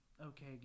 Okay